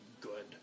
good